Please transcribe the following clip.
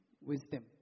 wisdom